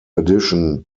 addition